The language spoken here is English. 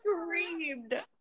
screamed